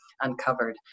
uncovered